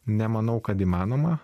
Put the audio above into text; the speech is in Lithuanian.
nemanau kad įmanoma